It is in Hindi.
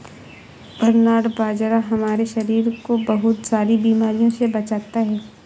बरनार्ड बाजरा हमारे शरीर को बहुत सारी बीमारियों से बचाता है